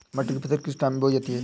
मटर की फसल का किस टाइम बुवाई करें?